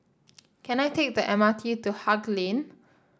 can I take the M R T to Haig Lane